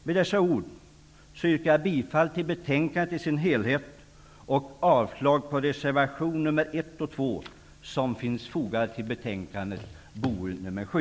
Med dessa ord yrkar jag bifall till utskottets hemställan i dess helhet och avslag på reservationerna 1 och 2, vilka finns fogade till betänkande BoU7.